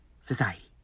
society